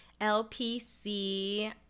lpc